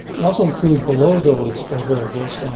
we also include below those variables,